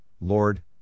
Lord